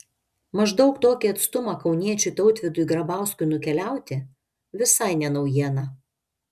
maždaug tokį atstumą kauniečiui tautvydui grabauskui nukeliauti visai ne naujiena